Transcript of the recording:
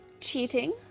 cheating